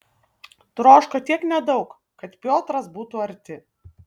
troško tiek nedaug kad piotras būtų arti